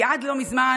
כי עד לא מזמן